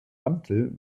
mantel